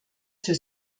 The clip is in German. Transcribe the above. für